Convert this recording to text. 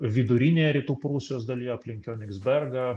vidurinėje rytų prūsijos dalyje aplink kionigsbergą